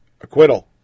acquittal